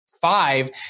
five